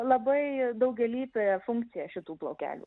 labai daugialypė funkcija šitų plaukelių